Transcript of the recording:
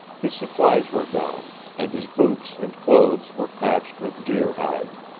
his supplies were gone, and his boots and clothes were patched with deer hide.